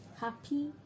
Happy